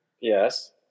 Yes